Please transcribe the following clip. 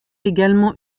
également